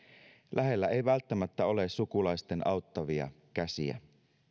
lähellä ei välttämättä ole sukulaisten auttavia käsiä